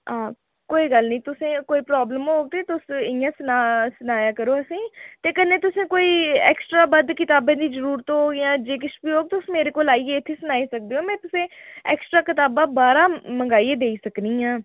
हां कोई गल्ल निं तुसें ई कोई प्राब्लम होग तुस इ'यां सनाया करो असें ई ते कन्नै तुसें कोई ऐक्स्ट्रा बद्ध कताबें दी जरूरत होग जां जे किश बी होग तुस मेरे कोल आइयै इत्थै सनाई सकदे ओ में तुसें ई ऐक्स्ट्रा कताबां बाह्रा मंगाइयै देई सकनी आं